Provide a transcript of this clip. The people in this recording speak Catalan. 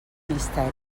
misteri